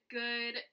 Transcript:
good